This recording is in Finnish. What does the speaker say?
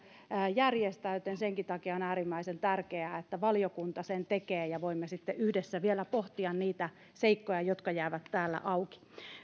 järjestää joten senkin takia on äärimmäisen tärkeää että valiokunta sen tekee ja voimme sitten yhdessä vielä pohtia niitä seikkoja jotka jäävät täällä auki